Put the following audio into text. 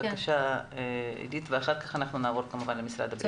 בבקשה עידית, אחר כך נעבור כמובן למשרד הבריאות.